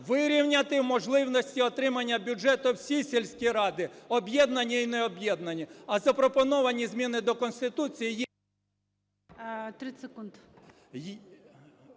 вирівняти в можливості отримання бюджету всі сільські ради, об'єднані і необ'єднані, а запропоновані зміни до Конституції є…